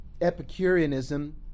Epicureanism